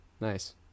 Nice